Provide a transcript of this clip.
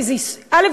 כי א.